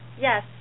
Yes